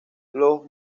los